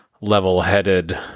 level-headed